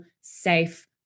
safe